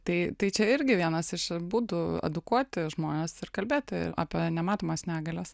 tai tai čia irgi vienas iš būdų edukuoti žmones ir kalbėti ir apie nematomas negalias